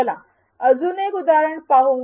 चला अजून एक उदाहरण पाहू